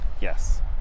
Yes